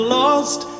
lost